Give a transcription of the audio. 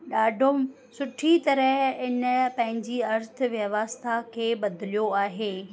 ॾाढो सुठी तरह इन पंहिंजी अर्थ व्यवस्था खे बदलियो आहे